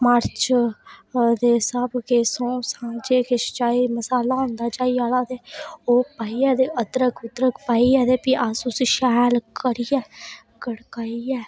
काले मर्च अदे सब किश जे किश चाही मसाला होंदा चाही आह्ला ते ओह् पाइयै ते अदरक अदरुक पाइयै ते प्ही अस उसी शैल करियै गड़काइयै